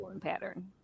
pattern